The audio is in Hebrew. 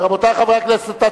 רבותי חברי הכנסת,